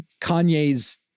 Kanye's